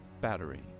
battery